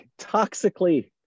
toxically